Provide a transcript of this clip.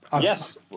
Yes